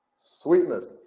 sweetness,